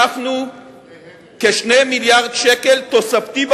אדוני, כ-2 מיליארד שקל תוספתי בחינוך,